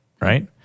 right